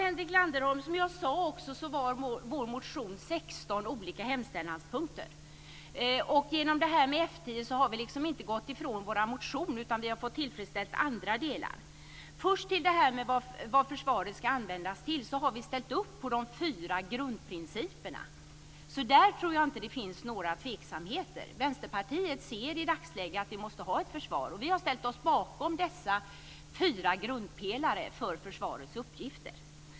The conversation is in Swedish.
Fru talman! Som jag sade, Henrik Landerholm, hade vår motion 16 olika hemställanspunkter. Genom detta med F 10 har vi inte gått ifrån våra motioner utan vi har tillfredsställt andra delar. Jag ska först ta upp frågan om vad försvaret ska användas till. Vi har ställt oss bakom de fyra grundprinciperna. Jag tror därför inte att det finns några tveksamheter i fråga om detta. Vi i Vänsterpartiet ser i dagsläget att vi måste ha ett försvar, och vi har ställt oss bakom dessa fyra grundpelare för försvarets uppgifter.